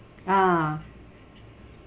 ah